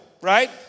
right